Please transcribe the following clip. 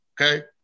Okay